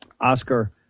Oscar